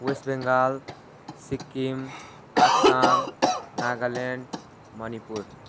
West Bengal Sikkim Assam Nagaland Manipur